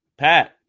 Pat